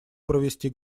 провести